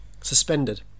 Suspended